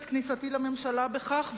את כניסתי לממשלה בכך,